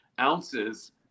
ounces